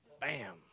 Bam